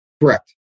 Correct